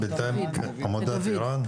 ער"ן.